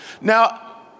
Now